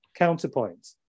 counterpoints